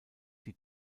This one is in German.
die